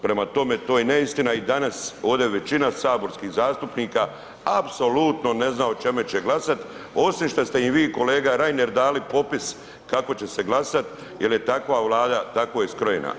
Prema tome, to je neistina i danas ovdje većina saborskih zastupnika apsolutno ne zna o čemu će glasati, osim što ste im vi kolega Reiner dali popis kako će se glasat jel je Vlada tako skrojena.